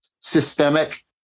systemic